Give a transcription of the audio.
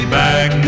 back